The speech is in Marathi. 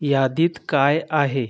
यादीत काय आहे